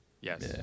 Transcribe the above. Yes